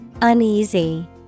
Uneasy